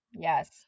yes